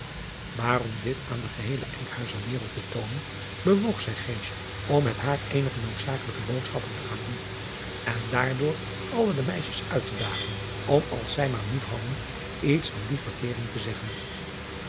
maar om dit aan de geheele nkhuizer wereld te toonen bewoog zij om met haar eenige noodzakelijke boodschappen te gaan doen en daardoor alle de meisjes uit te dagen om als zij maar moed hadden iets van die verkeering te zeggen